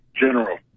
general